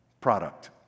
product